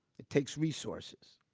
it takes resources.